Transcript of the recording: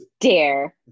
dare